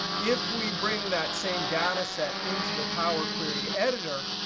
if we bring that same data set into the powerquery editor,